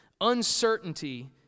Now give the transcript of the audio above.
uncertainty